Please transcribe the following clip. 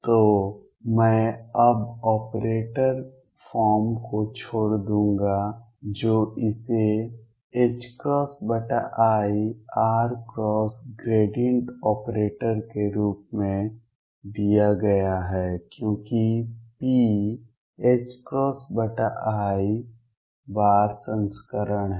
तो laughter मैं अब ऑपरेटर फॉर्म को छोड़ दूंगा जो इसे ir के रूप में दिया गया है क्योंकि p i बार संस्करण है